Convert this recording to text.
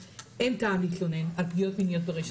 טעם להתלונן על פגיעות מיניות ברשת.